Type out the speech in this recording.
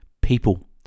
People